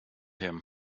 him